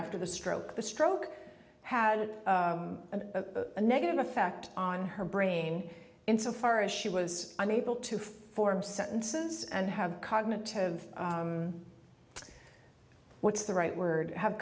after the stroke the stroke had a negative effect on her brain insofar as she was unable to form sentences and have cognitive what's the right word have